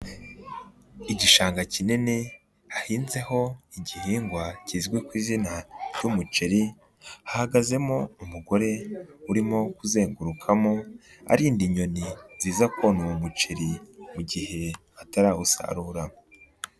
Igishanga kinini, hahinzeho igihingwa kizwi ku izina ry'umuceri, hahagazemo umugore urimo kuzengurukamo arinda inyoni ziza kona uwo muceri mu gihe atarawusarura.